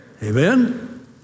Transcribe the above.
Amen